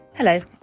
Hello